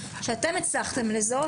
שאתם הצלחתם לזהות.